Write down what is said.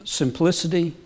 simplicity